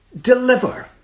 deliver